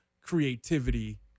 creativity